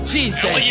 Jesus